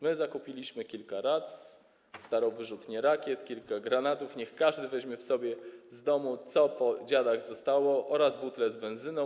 My zakupiliśmy kilka rac, starą wyrzutnię rakiet, kilka granatów, niech każdy weźmie sobie z domu, co po dziadach zostało, oraz butlę z benzyną.